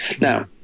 Now